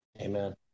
Amen